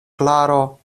klaro